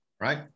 right